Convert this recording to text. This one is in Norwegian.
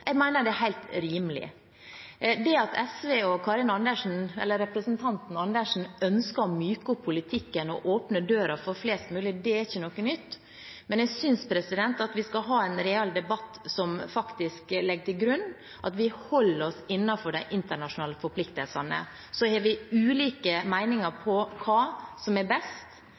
Jeg mener det er helt rimelig. Det at SV og representanten Karin Andersen ønsker å myke opp politikken og åpne døren for flest mulig, er ikke noe nytt, men jeg synes at vi skal ha en reell debatt som legger til grunn at vi holder oss innenfor de internasjonale forpliktelsene. Så har vi ulike meninger om hva som er best,